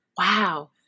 Wow